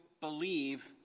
believe